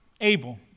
Abel